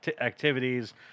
activities